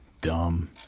dumb